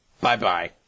Bye-bye